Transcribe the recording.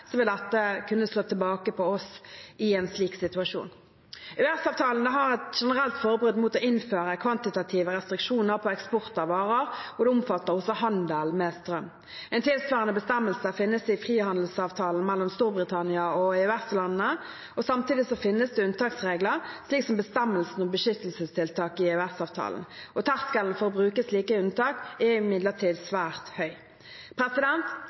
vil dette kunne slå tilbake på oss i en slik situasjon. EØS-avtalen har et generelt forbud mot å innføre kvantitative restriksjoner på eksport av varer, og det omfatter også handel med strøm. En tilsvarende bestemmelse finnes i frihandelsavtalen mellom Storbritannia og EØS-landene. Samtidig finnes det unntaksregler, slik som bestemmelsene om beskyttelsestiltak i EØS-avtalen. Terskelen for å bruke slike unntak er imidlertid svært høy.